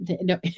no